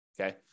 Okay